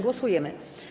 Głosujemy.